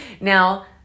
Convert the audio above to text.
Now